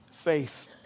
faith